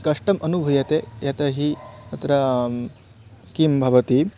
कष्टम् अनुभूयते यतो हि तत्र किं भवति